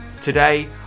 Today